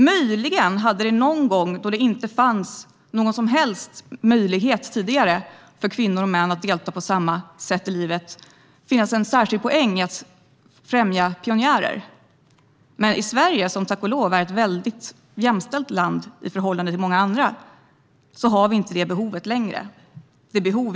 Möjligen kunde det finnas en särskild poäng med att främja pionjärer om det tidigare inte fanns någon annan möjlighet för kvinnor och män att delta på samma sätt i livet. Men i Sverige, som tack och lov är ett väldigt jämställt land i förhållande till många andra, har vi inte längre detta behov.